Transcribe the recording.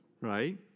right